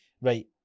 Right